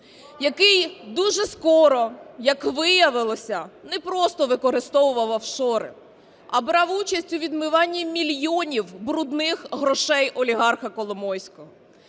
який, дуже скоро як виявилося, не просто використовував офшори, а брав участь у відмиванні мільйонів брудних грошей олігарха Коломойського.